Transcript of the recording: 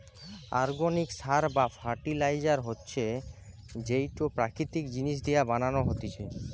organic সার বা fertiliser হতিছে যেইটো প্রাকৃতিক জিনিস দিয়া বানানো হতিছে